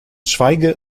schweige